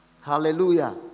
hallelujah